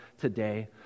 today